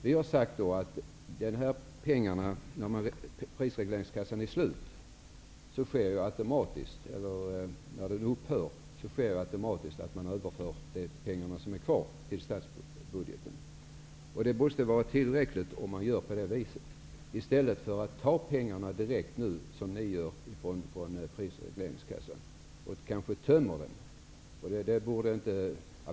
Vi har menat att när denna kassa avvecklas, skall de pengar som finns kvar överföras till statsbudgeten. Det måste vara rimligt att göra så i stället för att, som ni vill, ta så mycket pengar från prisregleringskassan att den kanske töms.